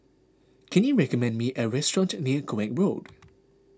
can you recommend me a restaurant near Koek Road